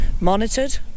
monitored